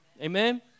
Amen